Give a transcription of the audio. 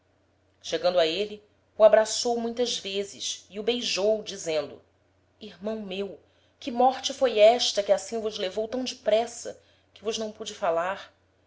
chegando a êle o abraçou muitas vezes e o beijou dizendo irmão meu que morte foi esta que assim vos levou tam depressa que vos não pude falar